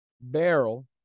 Barrel